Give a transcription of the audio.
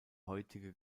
heutige